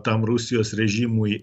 tam rusijos režimui